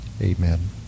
Amen